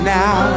now